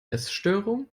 essstörung